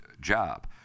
job